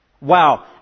Wow